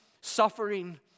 suffering